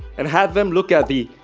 and had them look at the.